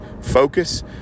focus